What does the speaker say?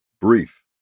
brief